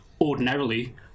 ordinarily